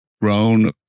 grown